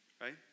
right